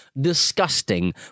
disgusting